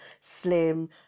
Slim